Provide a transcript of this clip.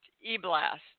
e-blast